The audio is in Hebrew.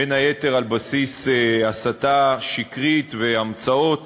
בין היתר על בסיס הסתה שקרית והמצאות